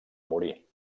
morir